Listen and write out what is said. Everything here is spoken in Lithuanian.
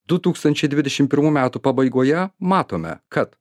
du tūkstančiai dvidešim pirmų metų pabaigoje matome kad